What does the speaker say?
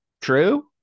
true